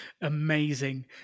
amazing